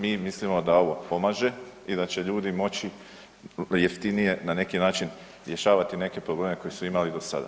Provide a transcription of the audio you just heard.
Mi mislimo da ovo pomaže i da će ljudi moći jeftinije na neki način rješavati neke probleme koje su imali do sada.